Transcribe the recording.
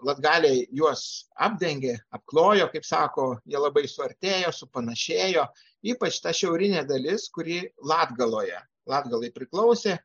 latgaliai juos apdengia apkloja kaip sako jie labai suartėjo supanašėjo ypač ta šiaurinė dalis kuri latgaloje latgalai priklausė